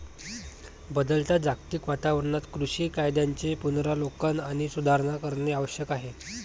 बदलत्या जागतिक वातावरणात कृषी कायद्यांचे पुनरावलोकन आणि सुधारणा करणे आवश्यक आहे